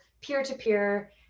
peer-to-peer